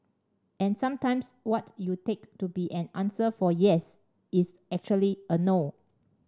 and sometimes what you take to be an answer for yes is actually a no